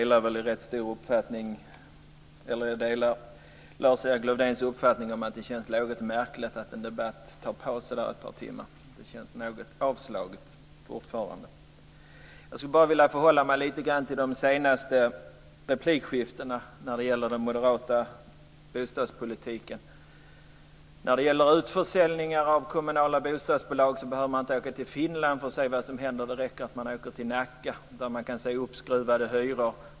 Fru talman! Jag delar Lars-Erik Lövdéns uppfattning att det känns något märkligt att en debatt tar paus ett par timmar. Det känns fortfarande något avslaget. Jag skulle bara vilja förhålla mig lite till de senaste replikskiftena när det gäller den moderata bostadspolitiken. När det gäller utförsäljning av kommunala bostadsbolag behöver man inte åka till Finland för att se vad som händer. Det räcker att man åker till Nacka, där man kan se uppskruvade hyror.